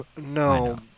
No